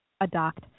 adopt